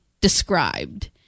described